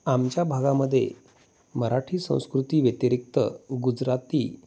आमच्या भागामध्ये मराठी संस्कृती व्यतिरिक्त गुजराथी